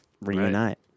reunite